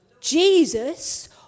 Jesus